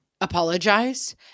apologize